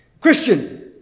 Christian